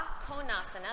Konasana